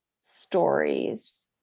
stories